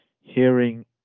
hearing